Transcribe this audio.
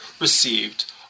received